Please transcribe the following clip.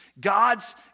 God's